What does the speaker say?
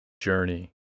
journey